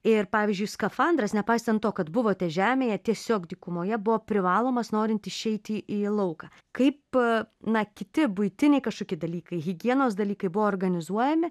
ir pavyzdžiui skafandras nepaisant to kad buvote žemėje tiesiog dykumoje buvo privalomas norint išeiti į lauką kaip na kiti buitiniai kažkokie dalykai higienos dalykai buvo organizuojami